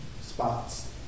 spots